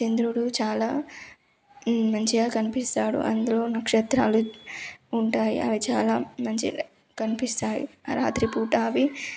చంద్రుడు చాలా మంచిగా కనిపిస్తాడు అందులో నక్షత్రాలు ఉంటాయి అవి చాలా మంచి కనిపిస్తాయి రాత్రిపూట అవి